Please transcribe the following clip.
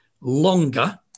longer